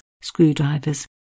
screwdrivers